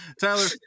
tyler